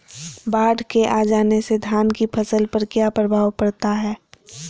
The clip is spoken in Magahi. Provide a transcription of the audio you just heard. बाढ़ के आ जाने से धान की फसल पर किया प्रभाव पड़ता है?